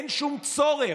אין שום צורך.